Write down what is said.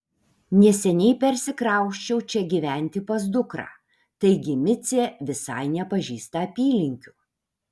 neseniai persikrausčiau čia gyventi pas dukrą taigi micė visai nepažįsta apylinkių